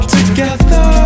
Together